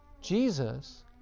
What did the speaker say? jesus